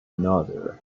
another